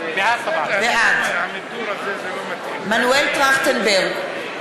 בעד מנואל טרכטנברג,